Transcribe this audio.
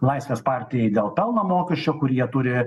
laisvės partijai dėl pelno mokesčio kur jie turi